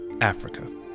Africa